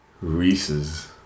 Reese's